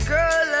Girl